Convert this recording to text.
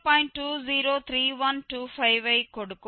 203125ஐ கொடுக்கும்